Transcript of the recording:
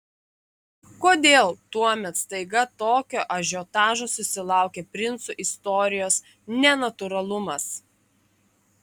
kodėl tuomet staiga tokio ažiotažo susilaukė princų istorijos nenatūralumas